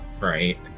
right